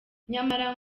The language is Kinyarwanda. nyamara